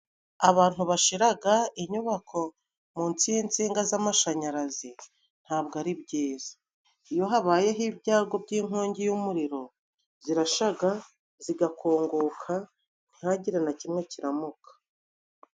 Abantu bashiraga inyubako munsi y’insinga z’amashanyarazi, ntabwo ari byiza. Iyo habayeho ibyago by’inkongi y’umuriro, zirashaga, zigakongoka, ntihagira na kimwe kiramuka.